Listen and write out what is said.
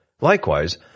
Likewise